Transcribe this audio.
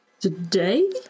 today